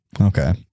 Okay